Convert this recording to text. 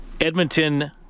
Edmonton